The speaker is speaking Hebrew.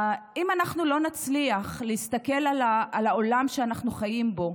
אם אנחנו לא נצליח להסתכל על העולם שאנחנו חיים בו,